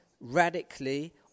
radically